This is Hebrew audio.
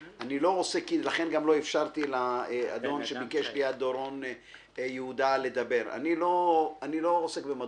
לכן גם לא אפשרתי לאדון עופר לידרור לדבר אני לא עוסק בפרסום,